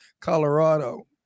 Colorado